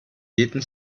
jeden